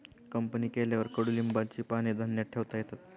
company केल्यावर कडुलिंबाची पाने धान्यात ठेवता येतात